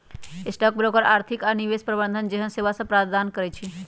stock broker आर्थिक आऽ निवेश प्रबंधन जेहन सेवासभ प्रदान करई छै